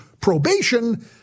probation